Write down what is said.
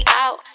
out